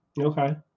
Okay